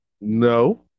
No